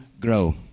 grow